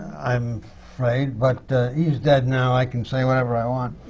i'm afraid. but he's dead now, i can say whatever i want.